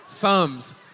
thumbs